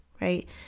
right